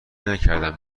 نکردم